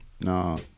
No